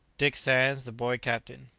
dick sands the boy captain.